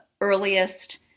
earliest